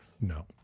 no